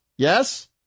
Yes